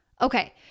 okay